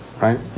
right